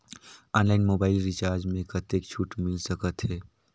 Online mobile recharge मे कतेक छूट मिल सकत हे?